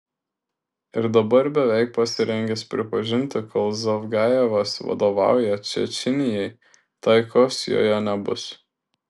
ir dabar beveik pasirengęs pripažinti kol zavgajevas vadovauja čečėnijai taikos joje nebus